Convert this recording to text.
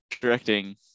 directing